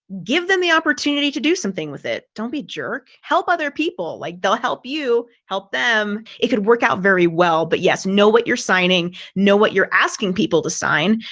give them the opportunity to do something with it. don't be jerk help other people like they'll help you help them. it could work out very well. but yes, know what you're signing, know what you're asking people to sign.